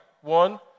One